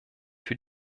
für